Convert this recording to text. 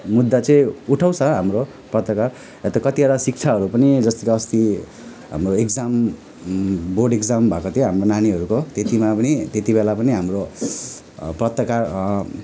मुद्दा चाहिँ उठाउँछ हाम्रो पत्रकार वा त कतिवटा शिक्षाहरू पनि जस्तो कि अस्ति हाम्रो इक्जाम बोर्ड इक्जाम भएको थियो हाम्रो नानीहरूको त्यतिमा पनि त्यति बेला पनि हाम्रो पत्रकार